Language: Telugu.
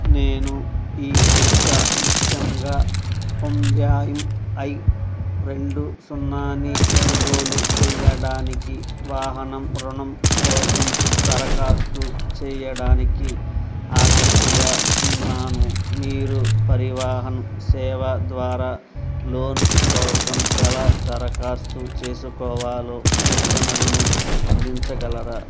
నేను ఈ రిక్షా ముఖ్యంగా హ్యుందాయ్ ఐ రెండు సున్నాని కొనుగోలు చెయ్యడానికి వాహనం రుణం కోసం దరఖాస్తు చేయడానికి ఆసక్తిగా ఉన్నాను మీరు పరివాహన్ సేవ ద్వారా లోన్ కోసం ఎలా దరఖాస్తు చేసుకోవాలో సూచనలను అందించగలరా